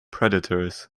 predators